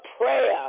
prayer